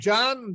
John